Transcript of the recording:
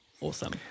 awesome